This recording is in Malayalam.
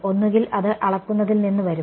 ഒന്നുകിൽ അത് അളക്കുന്നതിൽ നിന്ന് വരും